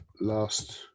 last